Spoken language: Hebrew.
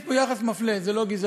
יש פה יחס מפלה, זאת לא גזענות.